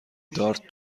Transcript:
دارت